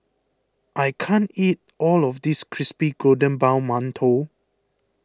I can't eat all of this Crispy Golden Brown Mantou